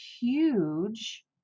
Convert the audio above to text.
huge